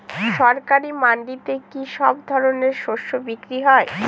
সরকারি মান্ডিতে কি সব ধরনের শস্য বিক্রি হয়?